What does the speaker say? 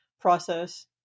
process